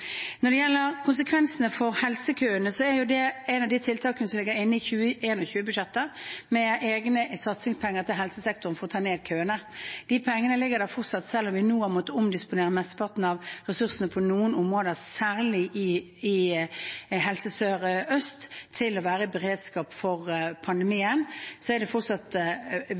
Når det gjelder konsekvensene for helsekøene, er det et av de tiltakene som ligger inne i 2021-budsjettet med egne satsingspenger til helsesektoren for å ta ned køene. De pengene ligger der fortsatt. Selv om vi nå har måttet omdisponere mesteparten av ressursene på noen områder, særlig i Helse Sør-Øst, til å være i beredskap for pandemien, er det fortsatt